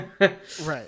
Right